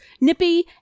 nippy